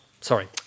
sorry